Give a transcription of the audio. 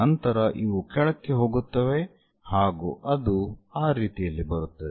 ನಂತರ ಇವು ಕೆಳಕ್ಕೆ ಹೋಗುತ್ತವೆ ಹಾಗೂ ಅದು ಆ ರೀತಿಯಲ್ಲಿ ಬರುತ್ತದೆ